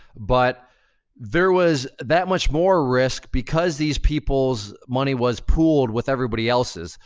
but there was that much more risk because these people's money was pooled with everybody else's.